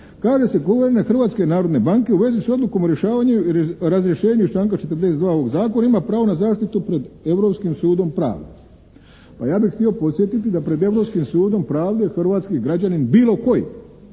kaže se, guverner Hrvatske narodne banke u vezi s odlukom o rješavanju i razrješenju iz članka 42. ovog zakona ima pravo na zaštitu pred Europskim sudom pravde. Pa ja bih htio podsjetiti da pred Europskim sudom pravde hrvatski građanin bilo koji